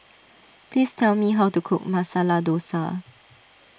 please tell me how to cook Masala Dosa